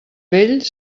vell